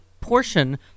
portion